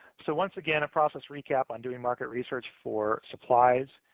so once again, a process recap on doing market research for supplies.